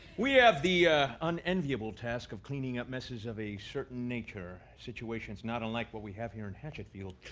we have the unenviable task of cleaning up messes of a certain nature, situations not unlike what we have here in hatchetfield.